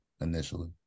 initially